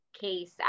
case